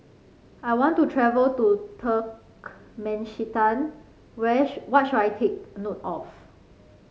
I want to travel to Turkmenistan where what should I take note of